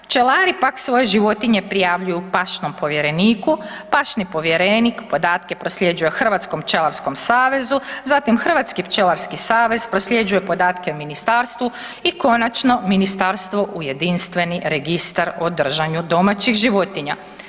Pčelari pak svoje životinje prijavljuju pašnom povjereniku, pašni povjerenik podatke prosljeđuje Hrvatskom pčelarskom savezu, zatim Hrvatski pčelarski savez prosljeđuje podatke ministarstvu i konačno ministarstvo u jedinstveni registar o držanju domaćih životinja.